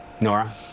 Nora